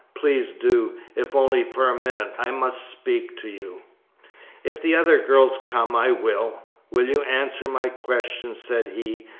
please do, if only for a minute. i must speak to you if the other girls come, i will will you answer my question said he,